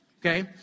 Okay